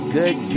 good